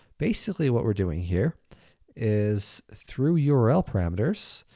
basically what we're doing here is through yeah url parameters,